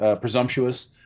presumptuous